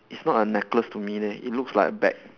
it's not a necklace to me leh it looks like a bag